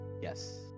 Yes